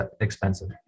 expensive